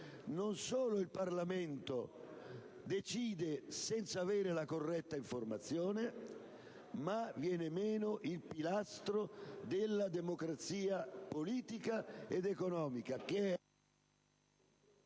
non solo il Parlamento decide senza avere la corretta informazione, ma viene meno il pilastro della democrazia politica ed economica,